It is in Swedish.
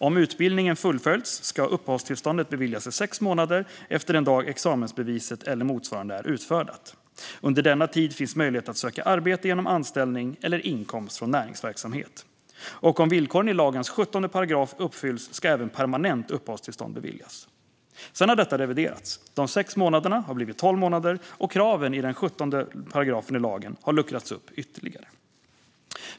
Om utbildningen fullföljts ska uppehållstillstånd beviljas i sex månader efter den dag examensbeviset eller motsvarande är utfärdat. Under denna tid finns möjlighet att söka arbete genom anställning eller inkomst från näringsverksamhet. Och om villkoren i lagens § 17 uppfylls ska även permanent uppehållstillstånd beviljas. Sedan har detta reviderats. De 6 månaderna har blivit 12 månader, och kraven i § 17 i lagen har luckrats upp ytterligare.